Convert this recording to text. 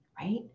right